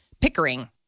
Pickering